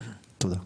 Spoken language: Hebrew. תודה.